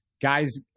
Guys